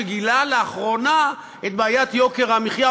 שגילה לאחרונה את בעיית יוקר המחיה,